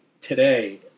today